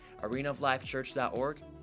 arenaoflifechurch.org